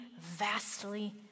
vastly